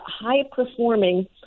high-performing